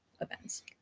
events